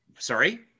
sorry